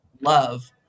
love